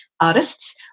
artists